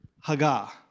haga